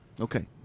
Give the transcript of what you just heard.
Okay